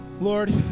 Lord